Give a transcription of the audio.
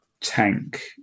tank